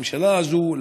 הממשלה הזאת,